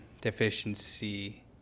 deficiency